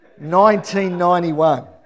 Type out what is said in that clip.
1991